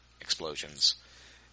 explosions